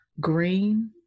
green